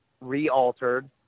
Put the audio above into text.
re-altered